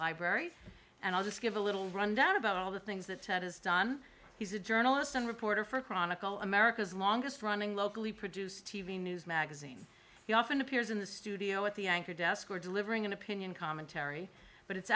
library and i'll just give a little rundown about all the things that ted has done he's a journalist and reporter for chronicle america's longest running locally produced t v news magazine he often appears in the studio at the anchor desk or delivering an opinion commentary but it's